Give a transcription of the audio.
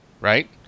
right